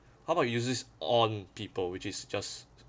how about use this on people which is just